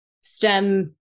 STEM